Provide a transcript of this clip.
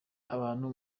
abantu